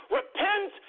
repent